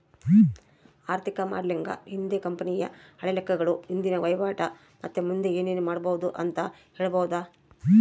ಆರ್ಥಿಕ ಮಾಡೆಲಿಂಗ್ ನಿಂದ ಕಂಪನಿಯ ಹಳೆ ಲೆಕ್ಕಗಳು, ಇಂದಿನ ವಹಿವಾಟು ಮತ್ತೆ ಮುಂದೆ ಏನೆನು ಮಾಡಬೊದು ಅಂತ ಹೇಳಬೊದು